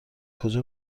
کجا